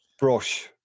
brush